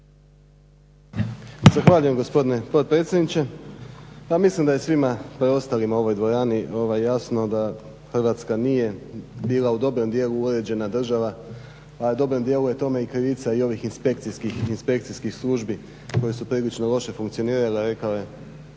Zahvaljujem gospodine potpredsjedniče. Ja mislim da je svima preostalima u ovoj dvorani jasno da Hrvatska nije bila u dobrom dijelu uređena država, a u dobrom dijelu je tome i krivica i ovih inspekcijskih službi koje su prilično loše funkcionirale rekao je